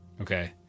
Okay